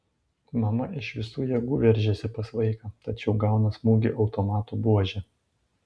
mama iš visų jėgų veržiasi pas vaiką tačiau gauna smūgį automato buože